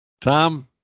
Tom